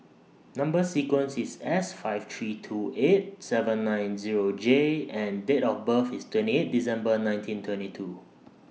Number sequence IS S five three two eight seven nine Zero J and Date of birth IS twenty eight December nineteen twenty two